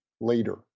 later